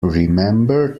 remember